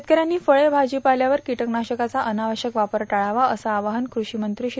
शेतकऱ्यांनी फळे भाजीपाल्यावर कीटकनाशक्रचा अनावश्यक वापर टाळावा असं आवाहन कृषीमंत्री श्री